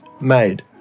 made